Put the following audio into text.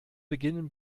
beginnen